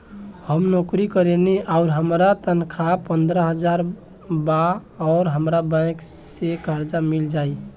हम नौकरी करेनी आउर हमार तनख़ाह पंद्रह हज़ार बा और हमरा बैंक से कर्जा मिल जायी?